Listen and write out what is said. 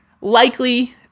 likely